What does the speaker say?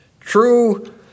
True